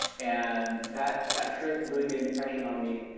and that that trip really made an impression on me.